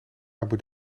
abu